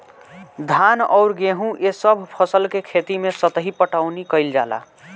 धान अउर गेंहू ए सभ फसल के खेती मे सतही पटवनी कइल जाला